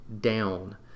down